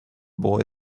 boy